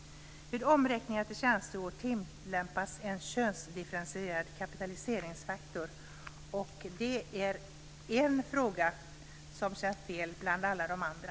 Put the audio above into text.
Vid omräkning till tjänsteår tillämpas en könsdifferentierad kapitaliseringsfaktor, och det är en fråga som känns fel bland alla de andra.